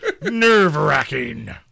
Nerve-wracking